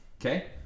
Okay